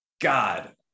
God